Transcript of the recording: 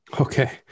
Okay